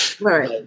right